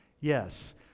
Yes